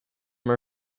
her